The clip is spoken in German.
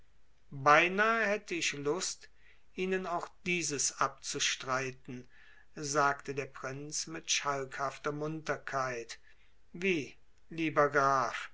beinahe hätte ich lust ihnen auch dieses abzustreiten sagte der prinz mit schalkhafter munterkeit wie lieber graf